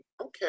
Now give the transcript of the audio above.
okay